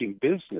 business